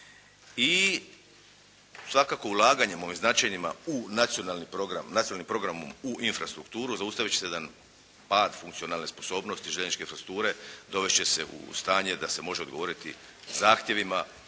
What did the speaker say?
I svakako ulaganjem ovim značajnima u nacionalni program, nacionalnim programom u infrastrukturu zaustavit će se jedan pad funkcionalne sposobnosti željezničke infrastrukture. Dovest će se u stanje da se može odgovoriti zahtjevima